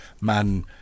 man